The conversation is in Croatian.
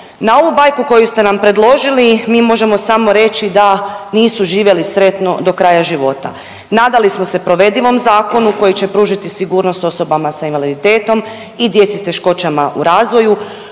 Na ovu bajku koju ste nam predložili mi možemo samo reći da nisu živjeli sretno do kraja života. Nadali smo se provedivom zakonu koji će pružiti sigurnost osobama s invaliditetom i djeci s teškoćama u razvoju,